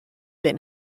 been